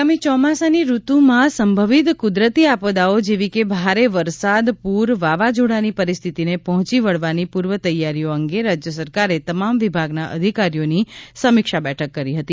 આગામી ચોમાસાની ઋતુમાં સંભવિત કુદરતી આપદાઓ જેવી કે ભારે વરસાદ પૂર વાવાઝોડાની પરિસ્થિતિને પહોંચી વળવાની પૂર્વ તૈયારીઓ અંગે રાજ્ય સરકારે તમામ વિભાગના અધિકારીઓની સમીક્ષા બેઠક કરી હતી